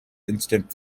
instant